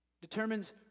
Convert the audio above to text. determines